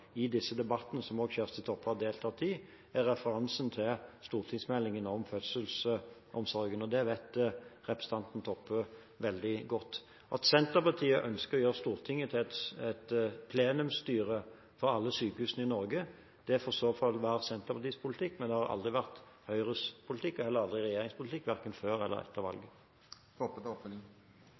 i disse debattene som også Kjersti Toppe har deltatt i, er referansen til stortingsmeldingen om fødselsomsorgen. Det vet representanten Toppe veldig godt. At Senterpartiet ønsker å gjøre Stortinget til et plenumsstyre for alle sykehusene i Norge, det får i så fall være Senterpartiets politikk, men det har aldri vært Høyres politikk eller regjeringens politikk, verken før eller etter valget.